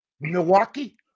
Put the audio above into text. Milwaukee